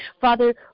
father